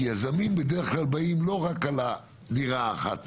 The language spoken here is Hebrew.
יזמים בדרך כלל באים לא רק על הדירה האחת.